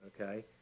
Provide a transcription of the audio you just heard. okay